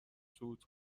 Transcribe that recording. صعود